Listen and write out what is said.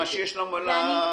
מה שיש לעוסק,